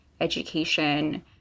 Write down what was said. education